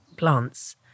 plants